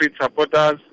supporters